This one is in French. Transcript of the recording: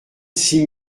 six